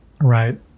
right